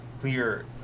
clear